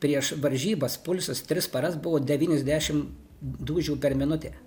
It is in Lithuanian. prieš varžybas pulsas tris paras buvo devyniasdešimt dūžių per minutę